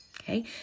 Okay